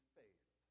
faith